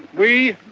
we,